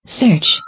search